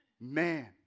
man